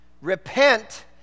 Repent